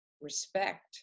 respect